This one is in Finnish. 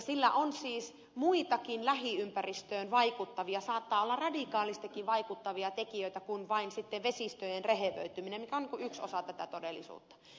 sillä on siis muitakin lähiympäristöön vaikuttavia saattaa olla radikaalisestikin vaikuttavia tekijöitä kuin vain vesistöjen rehevöityminen mikä on yksi osa tätä todellisuutta